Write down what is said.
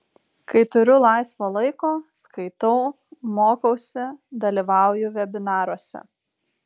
kai turiu laisvo laiko skaitau mokausi dalyvauju vebinaruose